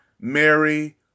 Mary